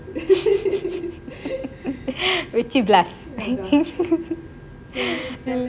வச்சி:vacci blast